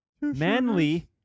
manly